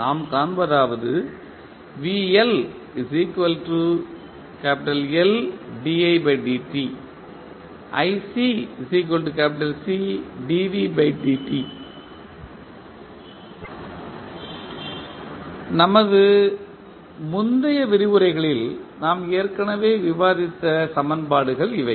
நாம் காண்பதாவது நமது முந்தைய விரிவுரைகளில் நாம் ஏற்கனவே விவாதித்த சமன்பாடுகள் இவை